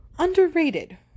underrated